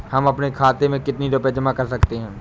हम अपने खाते में कितनी रूपए जमा कर सकते हैं?